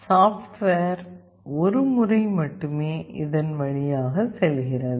software ஒரு முறை மட்டுமே இதன் வழியாக செல்கிறது